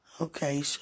Okay